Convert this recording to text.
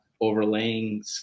overlaying